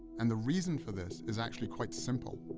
and the reason for this is actually quite simple.